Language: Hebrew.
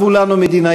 הבו לנו מדינאים,